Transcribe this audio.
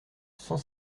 cent